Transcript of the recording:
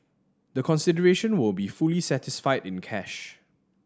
the consideration will be fully satisfied in cash